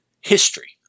history